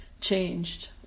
changed